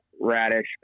radish